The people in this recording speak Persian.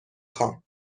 خواهم